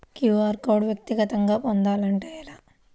QR code వ్యక్తిగతంగా పొందాలంటే ఎలా?